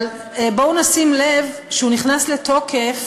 אבל בואו נשים לב שהוא נכנס לתוקף,